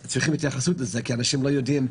אז צריכים התייחסות לזה, כי אנשים לא יודעים.